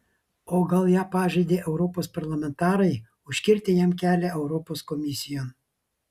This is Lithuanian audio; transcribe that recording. o gal ją pažeidė europos parlamentarai užkirtę jam kelią europos komisijon